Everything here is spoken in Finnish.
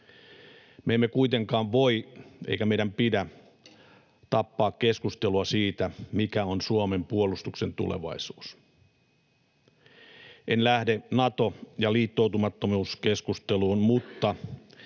Me emme kuitenkaan voi eikä meidän pidä tappaa keskustelua siitä, mikä on Suomen puolustuksen tulevaisuus. En lähde Nato- ja liittoutumattomuuskeskusteluun, mutta